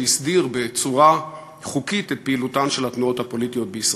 שהסדיר בצורה חוקית את פעילותן של התנועות הפוליטיות בישראל.